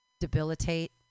debilitate